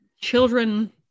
children